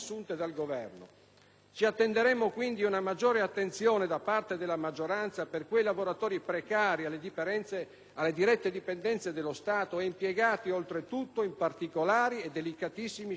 Ci attenderemmo, quindi, una maggiore attenzione da parte della maggioranza per quei lavoratori precari alle dirette dipendenze dello Stato, impiegati, oltre tutto, in particolari e delicatissimi scenari operativi.